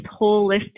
holistic